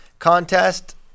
Contest